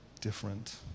different